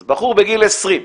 אז בחור בגיל 20,